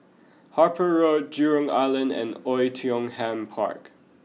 Harper Road Jurong Island and Oei Tiong Ham Park